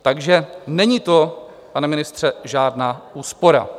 Takže není to, pane ministře, žádná úspora.